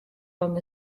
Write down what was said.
long